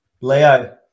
Leo